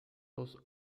dos